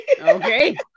Okay